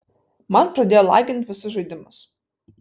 man pradėjo lagint visus žaidimus